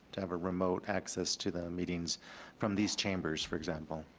to have a remote access to the meetings from these chambers for example.